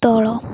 ତଳ